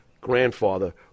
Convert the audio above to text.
grandfather